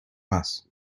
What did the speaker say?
más